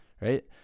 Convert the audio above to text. right